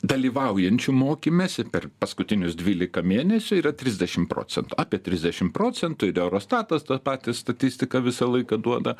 dalyvaujančių mokymesi per paskutinius dvylika mėnesių yra trisdešim procentų apie trisdešimt procentų ir eurostatas tą patį statistiką visą laiką duoda